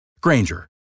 Granger